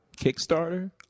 Kickstarter